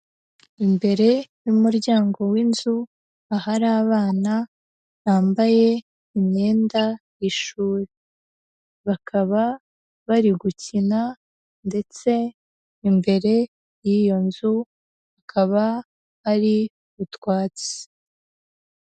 Imbere y'umuryango w'inzu, ahari abana bambaye imyenda y'ishuri, bakaba bari gukina ndetse imbere y'iyo nzu, ikaba ari utwatsi.